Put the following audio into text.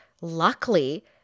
Luckily